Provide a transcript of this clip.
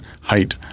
height